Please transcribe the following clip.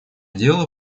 дело